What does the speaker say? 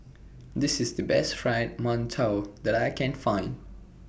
This IS The Best Fried mantou that I Can Find